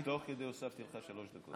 אני, תוך כדי הוספתי לך שלוש דקות.